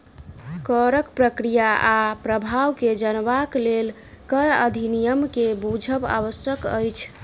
करक प्रक्रिया आ प्रभाव के जनबाक लेल कर अधिनियम के बुझब आवश्यक अछि